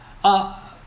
ah